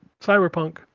Cyberpunk